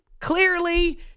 clearly